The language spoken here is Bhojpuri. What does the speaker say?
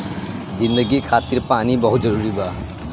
जिंदगी खातिर पानी बहुत जरूरी बा